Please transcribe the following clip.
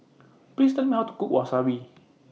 Please Tell Me How to Cook Wasabi